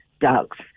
dogs